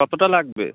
কতটা লাগবে